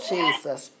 Jesus